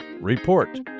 Report